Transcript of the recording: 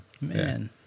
Man